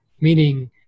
meaning